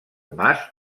mas